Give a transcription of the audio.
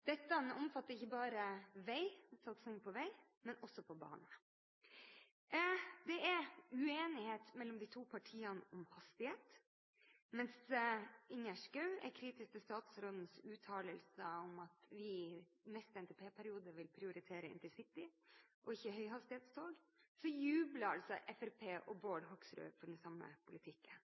Dette omfatter ikke bare satsing på vei, men også på bane. Det er uenighet mellom de to partiene om hastighet. Mens Ingjerd Schou er kritisk til statsrådens uttalelser om at vi i neste NTP-periode vil prioritere intercity og ikke høyhastighetstog, jubler Fremskrittspartiet og Bård Hoksrud over den samme politikken.